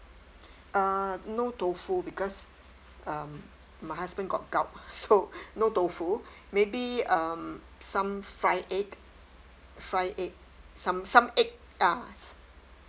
uh no tofu because um my husband got gout so no tofu maybe um some fried egg fried egg some some egg yes